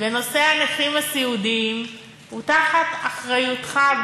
ונושא הנכים הסיעודיים הוא תחת אחריותך,